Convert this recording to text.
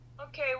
Okay